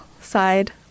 side